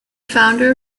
founder